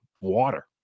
water